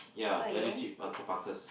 ya very cheap alpacas